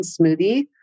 smoothie